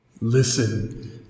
Listen